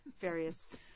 various